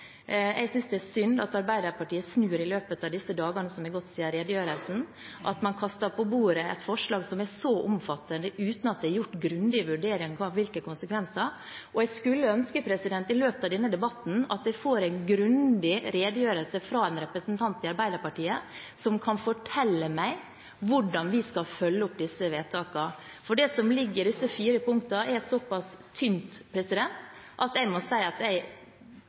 Jeg synes det er synd at Arbeiderpartiet snur i løpet av disse dagene som har gått siden redegjørelsen, og at man kaster på bordet et forslag som er så omfattende, uten at det er gjort en grundig vurdering av konsekvensene. Jeg skulle ønske at jeg i løpet av denne debatten får en grundig redegjørelse fra en representant i Arbeiderpartiet, som kan fortelle meg hvordan vi skal følge opp disse vedtakene. For det som ligger i disse fire punktene, er såpass tynt at jeg må si at jeg